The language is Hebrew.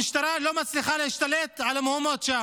המשטרה לא מצליחה להשתלט על המהומות שם.